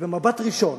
ובמבט ראשון,